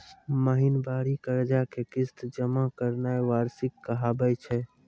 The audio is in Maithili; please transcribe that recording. महिनबारी कर्जा के किस्त जमा करनाय वार्षिकी कहाबै छै